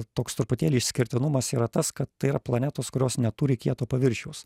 toks truputėlį išskirtinumas yra tas kad tai yra planetos kurios neturi kieto paviršiaus